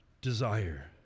desire